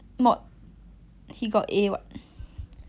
slack